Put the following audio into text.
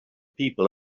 people